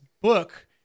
book